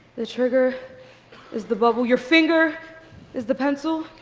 the trigger is the bubble, your finger is the pencil.